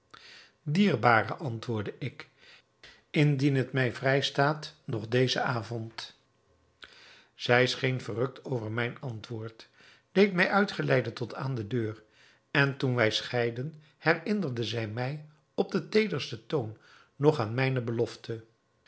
dierbare antwoordde ik indien het mij vrij staat nog dezen avond zij scheen verrukt over mijn antwoord deed mij uitgeleide tot aan de deur en toen wij scheidden herinnerde zij mij op den teedersten toon nog aan mijne belofte